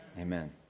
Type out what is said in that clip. Amen